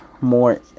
more